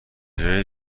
جای